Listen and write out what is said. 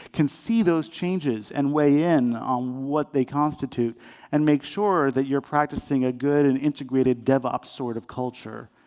can see those changes and weigh in on what they constitute and make sure that you're practicing a good and integrated devops sort of culture.